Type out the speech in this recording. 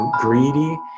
greedy